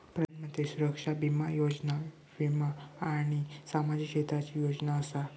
प्रधानमंत्री सुरक्षा बीमा योजना वीमा आणि सामाजिक क्षेत्राची योजना असा